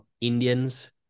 Indians